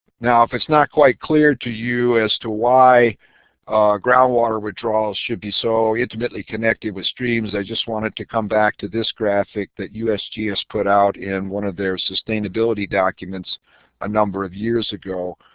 now if it's not quite clear to you as to why groundwater withdrawal should be so intimately connected with streams, i just wanted to come back to this graphic that usgs put out in one of their sustainability documents a number of years ago,